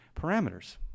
parameters